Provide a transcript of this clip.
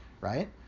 right